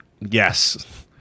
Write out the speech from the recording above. Yes